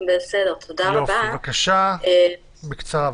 בקצרה בבקשה.